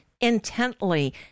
intently